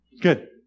Good